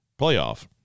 playoff